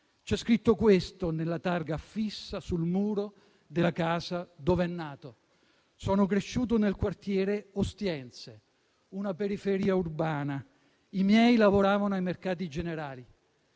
C'è scritto questo nella targa affissa sul muro della casa dove è nato: «Sono cresciuto nel quartiere Ostiense di Roma, una periferia urbana, i miei lavoravano ai mercati generali.